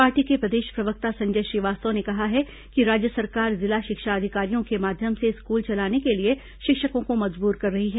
party के प्रदेश प्रवक्ता संजय श्रीवास्तव ने कहा कि राज्य सरकार जिला शिक्षा अधिकारियों के माध्यम से स्कूल चलाने के लिए शिक्षकों को मजबूर कर रही है